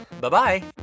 Bye-bye